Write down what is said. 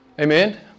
Amen